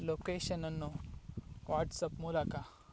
ಲೊಕೇಷನ್ಅನ್ನು WhatsApp ಮೂಲಕ